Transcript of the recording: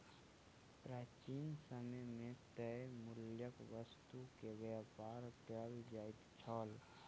प्राचीन समय मे तय मूल्यक वस्तु के व्यापार कयल जाइत छल